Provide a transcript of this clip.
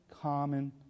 common